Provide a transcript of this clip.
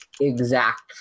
exact